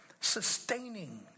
sustaining